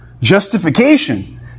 Justification